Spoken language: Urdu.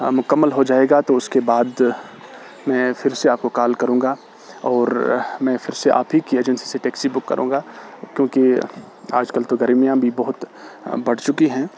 مکمل ہو جائے گا تو اس کے بعد میں پھر سے آپ کو کال کروں گا اور میں پھر سے آپ ہی کی ایجنسی سے ٹیکسی بک کروں گا کیونکہ آج کل تو گرمیاں بھی بہت بڑھ چکی ہیں